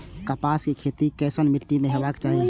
कपास के खेती केसन मीट्टी में हेबाक चाही?